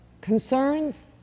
concerns